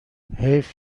حیف